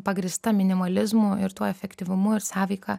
pagrįsta minimalizmu ir tuo efektyvumu ir sąveika